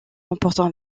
emportant